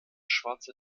schwarze